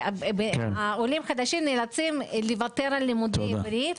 עולים חדשים נאלצים לוותר על לימודי עברית